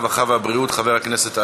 הרווחה והבריאות חבר הכנסת אלאלוף.